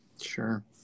Sure